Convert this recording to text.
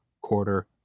quarter